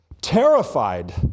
Terrified